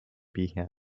behan